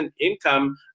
income